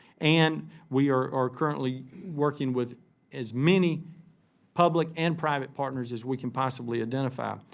and we are are currently working with as many public and private partners as we can possibly identify.